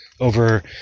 over